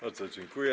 Bardzo dziękuję.